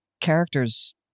characters